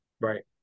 Right